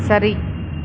சரி